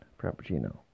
Frappuccino